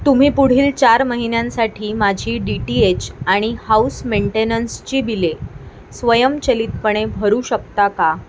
तुम्ही पुढील चार महिन्यांसाठी माझी डी टी एच आणि हाउस मेंटेनन्सची बिले स्वयंचलितपणे भरू शकता का